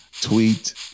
tweet